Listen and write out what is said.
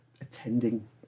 attending